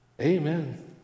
Amen